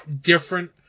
different